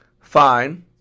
Fine